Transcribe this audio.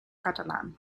catalan